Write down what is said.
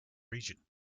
region